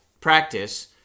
practice